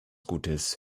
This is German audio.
gutes